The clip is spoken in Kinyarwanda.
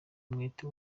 umwete